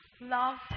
Love